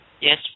Yes